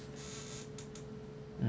mm